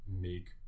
make